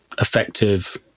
effective